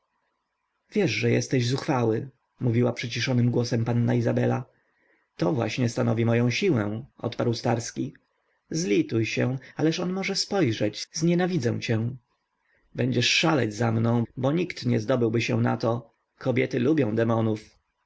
wiesz że jesteś zuchwały mówiła przyciszonym głosem panna izabela to właśnie stanowi moję siłę odparł starski zlituj się ależ on może spojrzeć znienawidzę cię będziesz szaleć za mną bo nikt nie zdobyłby się na to kobiety lubią demonów